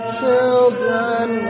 children